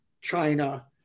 China